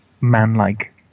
man-like